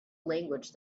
language